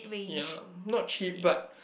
ya not cheap but